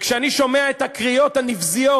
כשאני שומע את הקריאות הנבזיות,